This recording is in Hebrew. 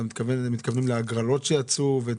אתם מתכוונים להגרלות שיצאו?